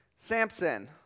Samson